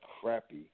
crappy